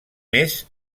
més